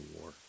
war